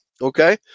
Okay